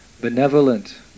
benevolent